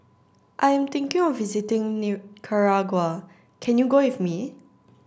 I am thinking of visiting Nicaragua can you go with me